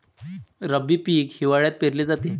रब्बी पीक हिवाळ्यात पेरले जाते